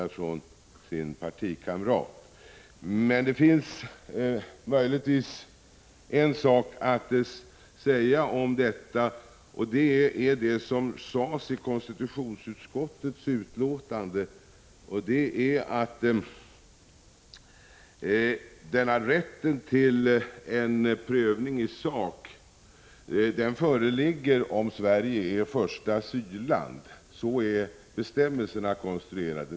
Det finns emellertid en sak att säga om detta, nämligen det som sades i konstitutionsutskottets betänkande, att rätten till en prövning i sak föreligger om Sverige är första asylland. Så är bestämmelserna konstruerade.